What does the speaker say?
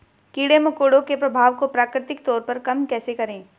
कीड़े मकोड़ों के प्रभाव को प्राकृतिक तौर पर कम कैसे करें?